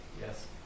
Yes